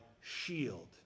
shield